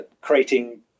creating